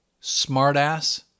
smart-ass